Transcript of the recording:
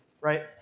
right